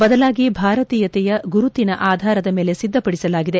ಬದಲಾಗಿ ಭಾರತೀಯತೆಯ ಗುರುತಿನ ಆಧಾರದ ಮೇಲೆ ಸಿದ್ದಪಡಿಸಲಾಗಿದೆ